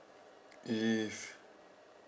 if